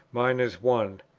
mine is one.